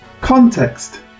Context –